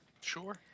Sure